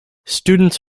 students